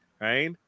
Right